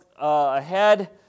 ahead